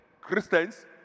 Christians